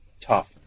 tough